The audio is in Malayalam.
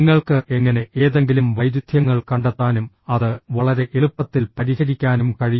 നിങ്ങൾക്ക് എങ്ങനെ ഏതെങ്കിലും വൈരുദ്ധ്യങ്ങൾ കണ്ടെത്താനും അത് വളരെ എളുപ്പത്തിൽ പരിഹരിക്കാനും കഴിയും